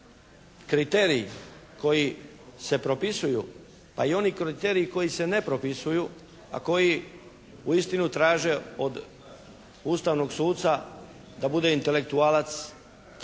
kriteriji koji se propisuju pa i oni kriteriji koji se ne propisuju a koji uistinu traže od ustavnog suca da bude intelektualac.